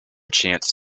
chance